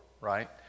right